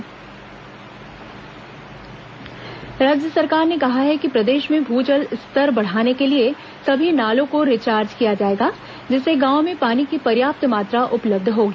नाला रिचार्ज राज्य सरकार ने कहा है कि प्रदेश में भू जल स्तर बढ़ाने के लिए सभी नालों का रिचार्ज किया जाएगा जिससे गांवों में पानी की पर्याप्त मात्रा उपलब्ध होगी